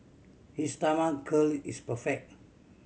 his curl is perfect